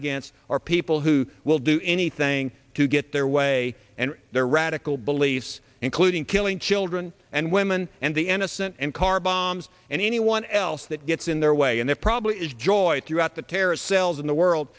against are people who will do anything to get their way and their radical beliefs including killing children and women and the n s a and car bombs and anyone else that gets in their way and it probably is joy throughout the terrorist cells in the world